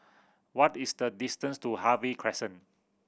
what is the distance to Harvey Crescent